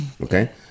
okay